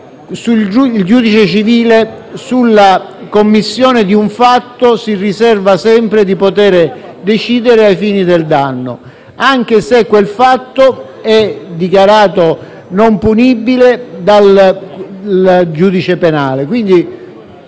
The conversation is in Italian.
Il giudice civile, sulla commissione di un fatto, si riserva sempre di poter decidere ai fini del danno, anche se quel fatto è dichiarato non punibile dal giudice penale.